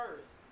first